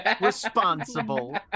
responsible